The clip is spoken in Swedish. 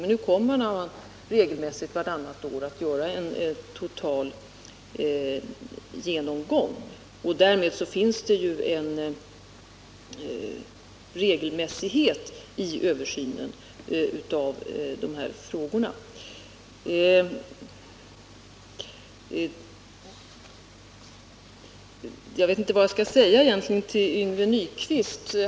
Men nu kommer man att vartannat år göra en total genomgång, och därmed uppstår en regelmässighet i översynen av de här frågorna. Jag vet egentligen inte vad jag skall säga till Yngve Nyquist.